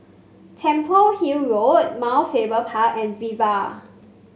Temple Hill Road Mount Faber Park and Viva